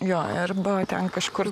jo arba ten kažkur